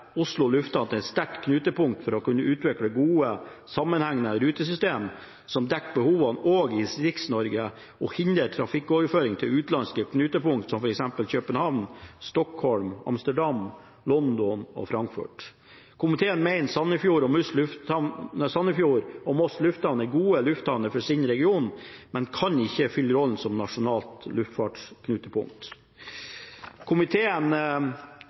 Oslo Lufthavn til et sterkt knutepunkt for å kunne utvikle gode, sammenhengende rutesystemer som dekker behovene også i Distrikts-Norge, og hindre trafikkoverføring til utenlandske knutepunkt som f.eks. København, Stockholm, Amsterdam, London og Frankfurt. Komiteen mener Sandefjord og Moss Lufthavn er gode lufthavner for sine regioner, men ikke kan fylle rollen som nasjonalt luftfartsknutepunkt.